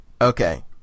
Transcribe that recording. Okay